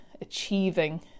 achieving